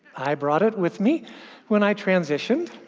i brought it with me when i transitioned.